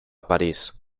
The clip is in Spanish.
parís